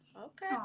Okay